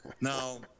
Now